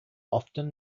often